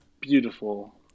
beautiful